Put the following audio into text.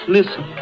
Listen